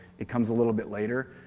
it comes a little bit later.